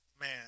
man